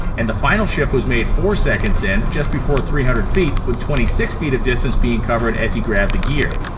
and the final shift was made four seconds in, just before three hundred feet, with twenty six feet of distance being covered as he grabbed the gear.